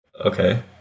Okay